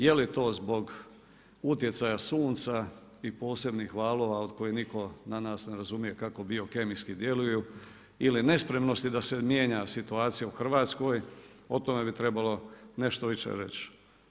Je li to zbog utjecaja sunca i posebnih valova od kojih niko od nas ne razumije kako biokemijski djeluju ili nespremnosti da se mijenja situacija u Hrvatskoj, o tome bi trebalo nešto više reći.